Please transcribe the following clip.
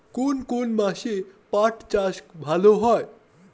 কোন কোন মাসে পাট চাষ ভালো হয়?